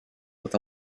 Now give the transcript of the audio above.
with